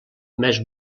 més